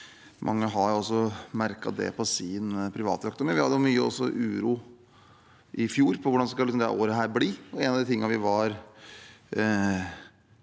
mange har merket det på sin privatøkonomi. Vi hadde også mye uro i fjor om hvordan dette året skulle bli.